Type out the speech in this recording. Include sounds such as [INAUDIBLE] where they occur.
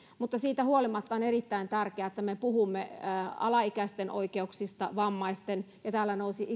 mutta siitä huolimatta on erittäin tärkeää että me puhumme alaikäisten ja vammaisten oikeuksista ja täällä nousivat [UNINTELLIGIBLE]